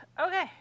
Okay